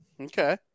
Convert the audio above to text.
Okay